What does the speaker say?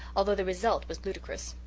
although the result was ludicrous.